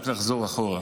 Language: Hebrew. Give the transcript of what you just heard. רק לחזור אחורה,